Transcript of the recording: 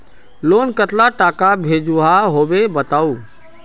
Loan कतला टाका भेजुआ होबे बताउ?